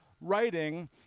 writing